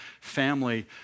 family